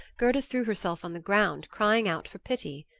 gerda threw herself on the ground, crying out for pity.